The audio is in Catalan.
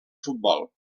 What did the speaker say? futbol